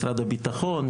משרד הבטחון,